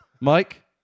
Mike